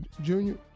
Junior